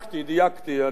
ואין בה היגיון,